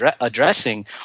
addressing